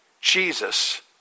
Jesus